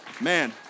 Man